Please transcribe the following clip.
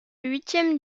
huitième